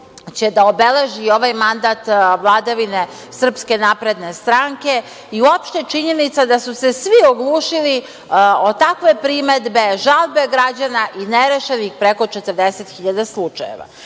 će da obeleži ovaj mandat vladavine SNS i uopšte činjenica da su se svi oglušili o takve primedbe, žalbe građana i nerešenih preko 40.000 slučajeva. Što